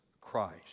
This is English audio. Christ